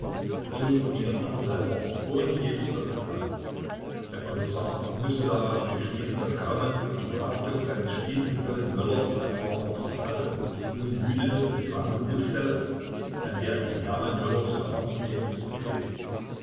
so vergingen anderthalb wochen ohne jedes resultat der kommissar mußte daraus wohl schließen daß kaumann die verhaftung seines spießgesellen möller in erfahrung gebracht hatte und sich nun hütete die rendezvousstelle an der ihn hermann möller zu erwarten pflegte zu betreten